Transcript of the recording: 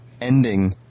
ending